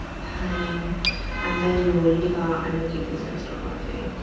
pain and then your liver and your kidneys gonna stop working.